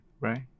right